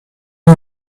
you